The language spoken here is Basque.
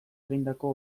egindako